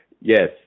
yes